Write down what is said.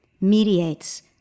mediates